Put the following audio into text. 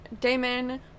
Damon